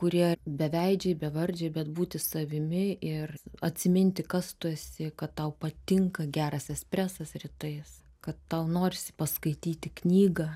kurie beveidžiai bevardžiai bet būti savimi ir atsiminti kas tu esi kad tau patinka geras espresas rytais kad tau norisi paskaityti knygą